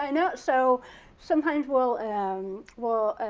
and so sometimes we'll um we'll